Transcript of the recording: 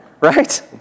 right